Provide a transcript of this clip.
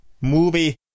movie